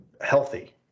healthy